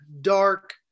dark